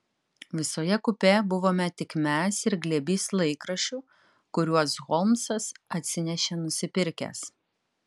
visoje kupė buvome tik mes ir glėbys laikraščių kuriuos holmsas atsinešė nusipirkęs